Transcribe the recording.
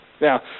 Now